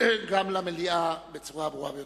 גם למליאה, בצורה הברורה ביותר.